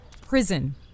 Prison